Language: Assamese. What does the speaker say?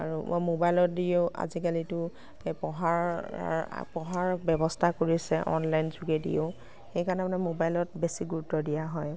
আৰু মোবাইলৰ দিও আজিকালিতো পঢ়াৰ পঢ়াৰ ব্যৱস্থা কৰিছে অনলাইন যোগেদিও সেইকাৰণে মানে মোবাইলত বেছি গুৰুত্ৱ দিয়া হয়